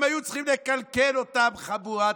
למה הם היו צריכים לקלקל אותם, חבורת,